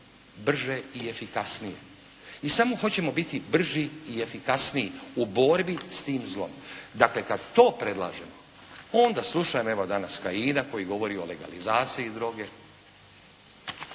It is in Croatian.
brže i efikasnije, i samo hoćemo biti brži i efikasniji u borbi s tim zlom. Dakle kada to predlažemo, onda slušam evo danas Kajina koji govori o legalizaciji droge